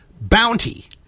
bounty